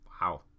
Wow